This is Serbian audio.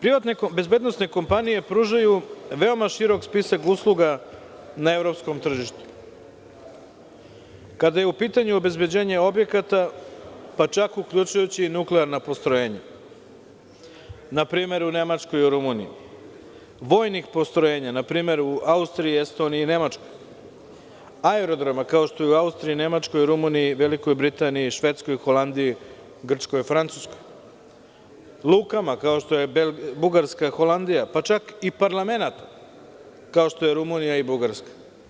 Privatne bezbednosne kompanije pružaju veoma širok spisak usluga na evropskom tržištu, kada je u pitanju obezbeđenje objekata, pa čak uključujući i nuklearna postrojenja, npr. u Nemačkoj i Rumuniji, vojnih postrojenja, npr. u Austriji, Estoniji i Nemačkom, aerodroma, kao što je u Austriji, Nemačkoj, Rumuniji, Velikoj Britaniji, Švedskoj, Holandiji, Grčkoj i Francuskoj, lukama kao što su Bugarska i Holandija, pa čak i parlamenata, kao što su Rumunija i Bugarska.